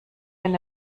wenn